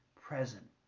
present